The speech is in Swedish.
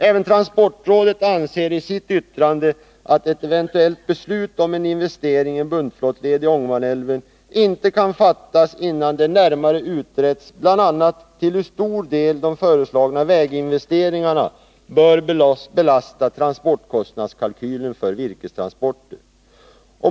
Även transportrådet anser i sitt yttrande att ett eventuellt beslut om en investering i en buntflottled i Ångermanälven inte kan fattas innan det närmare utretts bl.a. till hur stor del de föreslagna väginvesteringarna bör belasta transportkostnadskalkylen för virkestransporter.